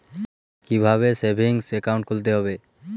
কীভাবে savings account খুলতে হবে?